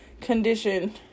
condition